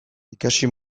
ikasi